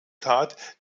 tat